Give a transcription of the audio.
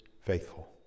faithful